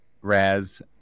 Raz